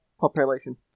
population